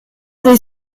des